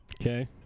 Okay